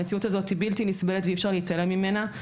המציאות הזאת היא בלתי נסבלת ואי אפשר להתעלם ממנה,